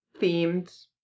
themed